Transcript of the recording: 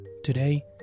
Today